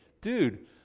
Dude